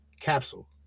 Capsule